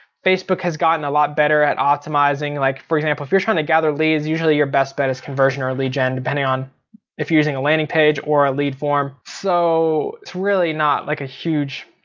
facebook has gotten a lot better at optimizing. like for example if you're trying to gather leads usually your best bet is conversion or a lead gen, depending on if you're using a landing page or a lead form. so it's really not like a huge,